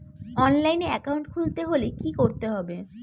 অনলাইনে একাউন্ট খুলতে হলে কি করতে হবে?